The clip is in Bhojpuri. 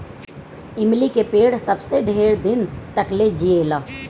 इमली के पेड़ सबसे ढेर दिन तकले जिएला